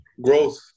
growth